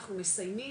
אנחנו כבר מסיימים,